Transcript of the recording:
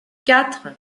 quatre